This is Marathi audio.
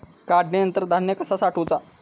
काढणीनंतर धान्य कसा साठवुचा?